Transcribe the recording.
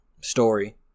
story